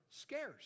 scarce